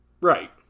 Right